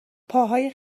پاهای